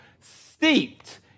steeped